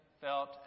felt